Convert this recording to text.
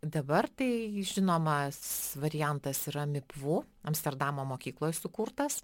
dabar tai žinomas variantas yra mipvu amsterdamo mokykloj sukurtas